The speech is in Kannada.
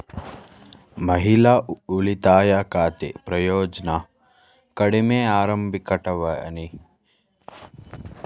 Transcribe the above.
ಮಹಿಳಾ ಉಳಿತಾಯ ಖಾತೆ ಪ್ರಯೋಜ್ನ ಕಡಿಮೆ ಆರಂಭಿಕಠೇವಣಿ ಉಚಿತ ಚೆಕ್ಪುಸ್ತಕಗಳು ಕಡಿಮೆ ಸರಾಸರಿಮಾಸಿಕ ಬ್ಯಾಲೆನ್ಸ್ ಒಳಗೊಂಡಿರುತ್ತೆ